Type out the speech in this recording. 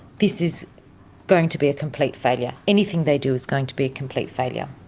this is going to be a complete failure. anything they do is going to be a complete failure.